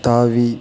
தாவி